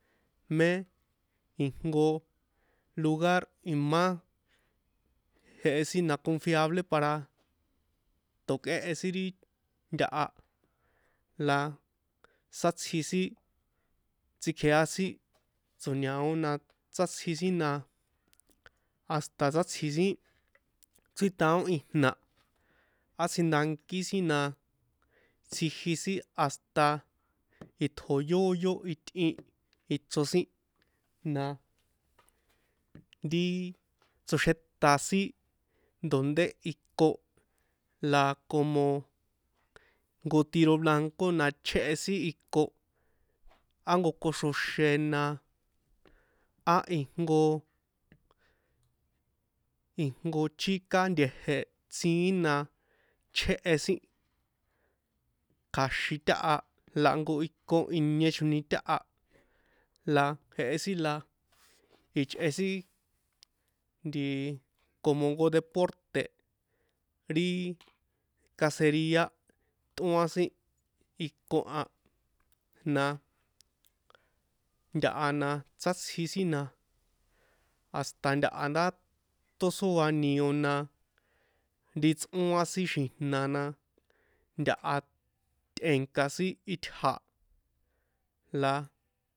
Mé ijnko lugar imá jehe sin na confiable para to̱kꞌéhe sin ri ntaha a la sátsji sin tsikjea sin tso̱ñao na sátsji sin na hasta sátsji̱ sin chrítaon ijna̱ átsjindankí sin na tsjiji sin hasta itjo yóyó itꞌin ichro sin na ri tsoxéta sin dende iko la la como jnko tiro blanco la chjéhe sin iko á jnko koxroxe na á ijnko ijnko ijnko chika nte̱je̱ siín na chjéhe sin kja̱xin táha la jnko iko inie choni táha la jehe sin la ichꞌe sin nti como jnko deporte̱ ri caceria tꞌóan sin iko an na ntaha na sátsji sin na hasta ntaha ndá tósóa nio na ri tsꞌóan sin xi̱jna̱ na ntaha tꞌe̱̱nka̱ sin itja̱ la